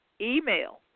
email